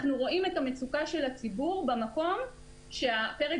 אנחנו רואים את המצוקה של הציבור במקום שבו פרק